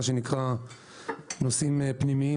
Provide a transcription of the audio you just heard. מה שנקרא "נושאים פנימיים".